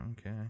Okay